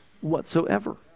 whatsoever